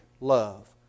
love